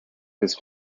his